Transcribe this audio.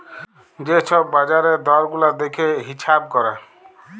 যে ছব বাজারের দর গুলা দ্যাইখে হিঁছাব ক্যরে